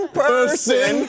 person